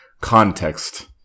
context